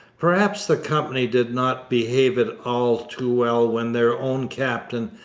perhaps the company did not behave at all too well when their own captain,